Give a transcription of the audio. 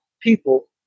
people